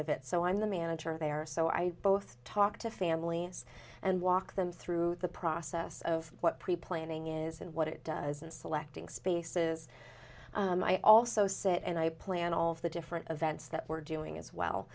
of it so i'm the manager there so i both talk to families and walk them through the process of what pre planning is and what it does in selecting spaces and i also sit and i plan all of the different events that we're doing as well